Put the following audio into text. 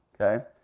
Okay